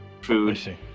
food